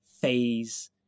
phase